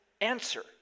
answer